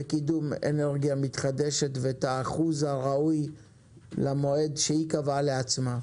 בקידום אנרגיה מתחדשת ובאחוז הראוי למועד שהיא קבעה לעצמה.